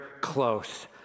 close